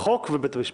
החוק ובית המשפט.